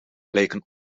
lijken